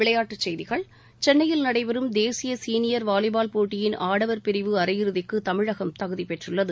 விளையாட்டுச்செய்கிகள் சென்னையில் நடைபெறும் தேசிய சீனியர் வாலிபால் போட்டியின் ஆடவர் பிரிவு அரையிறுதிக்கு தமிழகம் தகுதி பெற்றுள்ளது